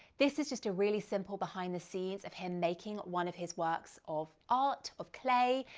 this is just a really simple behind the scenes of him making one of his works of art of clay.